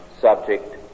subject